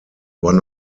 one